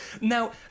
now